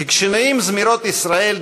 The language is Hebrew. כי כשנעים זמירות ישראל,